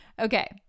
Okay